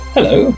Hello